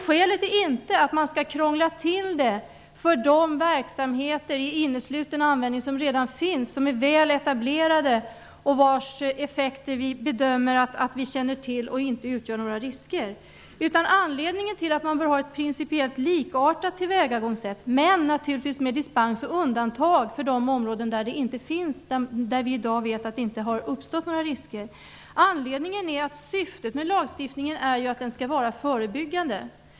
Meningen är inte att man skall krångla till det för de verksamheter som redan sysslar med innesluten användning, som är väl etablerade och vars effekter vi känner till och bedömer inte utgöra några risker. Anledningen till att man bör ha ett principiellt likartat tillvägagångssätt -- naturligtvis med dispens och undantag för de områden där vi i dag vet att det inte har uppstått några risker -- är att syftet med lagstiftningen är att den skall vara förebyggande.